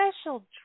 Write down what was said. special